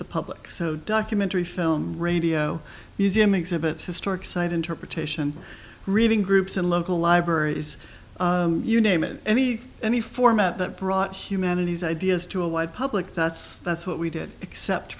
the public so documentary film radio museum exhibits historic site interpretation reading groups and local libraries you name it any any format that brought humanities ideas to a wide public that's that's what we did except